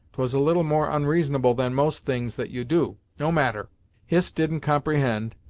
twas a little more onreasonable than most things that you do. no matter hist didn't comprehend,